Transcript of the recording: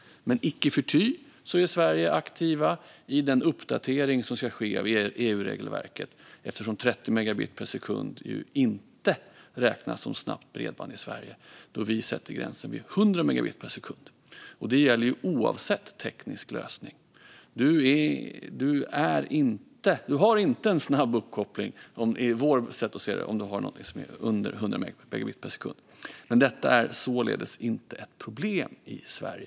Icke förty är Sverige aktiva i den uppdatering av EU-regelverket som ska ske, eftersom 30 megabit per sekund inte räknas som snabbt bredband i Sverige. Vi sätter gränsen vid 100 megabit per sekund. Och det gäller oavsett teknisk lösning. Enligt vårt sätt att se det har du inte en snabb uppkoppling om du har något som är under 100 megabit per sekund. Men detta är inte ett problem i Sverige.